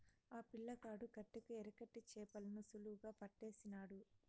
ఆ పిల్లగాడు కట్టెకు ఎరకట్టి చేపలను సులువుగా పట్టేసినాడు